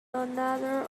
another